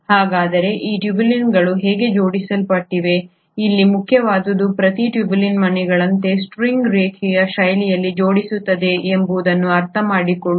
ಹಾಗಾದರೆ ಈ ಟ್ಯೂಬುಲಿನ್ಗಳು ಹೇಗೆ ಜೋಡಿಸಲ್ಪಡುತ್ತವೆ ಇಲ್ಲಿ ಮುಖ್ಯವಾದುದು ಪ್ರತಿ ಟ್ಯೂಬುಲಿನ್ ಮಣಿಗಳ ಸ್ಟ್ರಿಂಗ್ನಂತೆ ರೇಖೀಯ ಶೈಲಿಯಲ್ಲಿ ಜೋಡಿಸುತ್ತದೆ ಎಂಬುದನ್ನು ಅರ್ಥಮಾಡಿಕೊಳ್ಳುವುದು